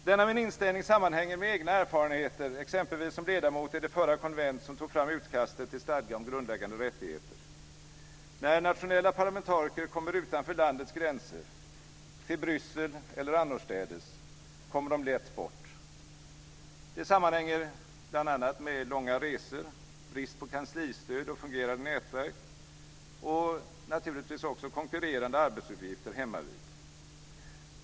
Denna min inställning sammanhänger med egna erfarenheter, exempelvis som ledamot i det förra konventet, det som tog fram utkastet till stadga om grundläggande rättigheter. När nationella parlamentariker kommer utanför landets gränser, till Bryssel eller annorstädes, kommer de lätt bort. Det sammanhänger bl.a. med långa resor, brist på kanslistöd och fungerande nätverk och naturligtvis också konkurrerande arbetsuppgifter hemmavid.